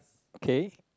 K